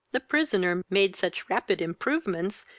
the prisoner made such rapid improvements,